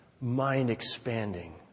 mind-expanding